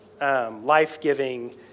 life-giving